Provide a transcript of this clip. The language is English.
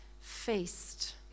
feast